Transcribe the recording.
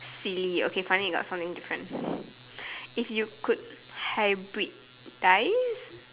silly okay finally you got something different if you could hybrid guys